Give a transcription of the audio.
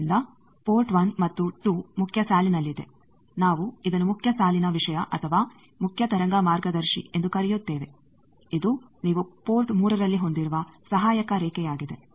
ಆದ್ದರಿಂದ ಪೋರ್ಟ್ 1 ಮತ್ತು 2 ಮುಖ್ಯ ಸಾಲಿನಲ್ಲಿದೆ ನಾವು ಇದನ್ನು ಮುಖ್ಯ ಸಾಲಿನ ವಿಷಯ ಅಥವಾ ಮುಖ್ಯ ತರಂಗ ಮಾರ್ಗದರ್ಶಿ ಎಂದು ಕರೆಯುತ್ತೇವೆ ಇದು ನೀವು ಪೋರ್ಟ್ 3 ರಲ್ಲಿ ಹೊಂದಿರುವ ಸಹಾಯಕ ರೇಖೆಯಾಗಿದೆ